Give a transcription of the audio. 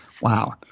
Wow